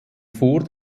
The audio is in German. vor